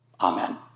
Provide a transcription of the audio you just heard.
Amen